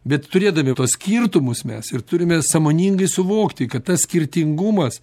bet turėdami tuos skirtumus mes ir turime sąmoningai suvokti kad tas skirtingumas